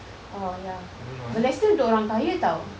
oh ya balestier untuk orang kaya tau